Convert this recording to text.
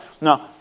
Now